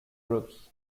groups